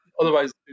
otherwise